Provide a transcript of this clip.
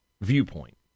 viewpoint